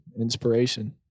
inspiration